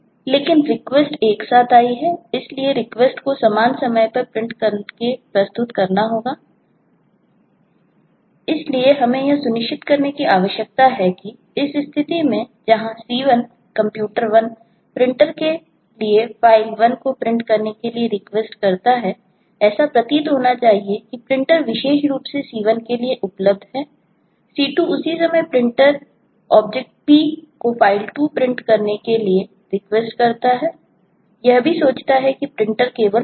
लेकिन रिक्वेस्टकरता है यह भी सोचता है कि प्रिंटर केवल C2 से संबंधित है